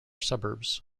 suburbs